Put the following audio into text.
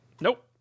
Nope